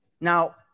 Now